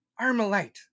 Armalite